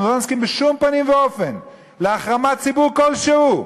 אנחנו לא נסכים בשום פנים ואופן להחרמת ציבור כלשהו,